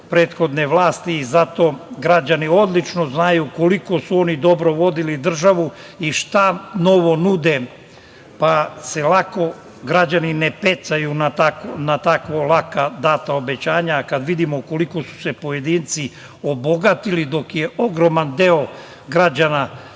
prethodne vlasti. Zato građani odlično znaju koliko su oni dobro vodili državu i šta novo nude, pa se lako građani ne pecaju na tako lako data obećanja, kad vidimo koliko su se pojedinci obogatili, dok je ogroman deo građana